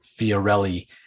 Fiorelli